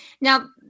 Now